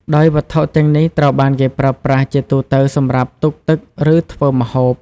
ដោយវត្ថុទាំងនេះត្រូវបានគេប្រើប្រាស់ជាទូទៅសម្រាប់ទុកទឹក ឬធ្វើម្ហូប។